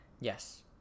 Yes